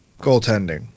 Goaltending